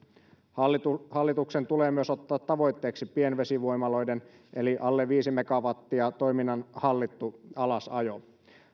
hallituksen tulee myös ottaa tavoitteeksi pienvesivoimaloiden eli alle viisi megawattia toiminnan hallittu alasajo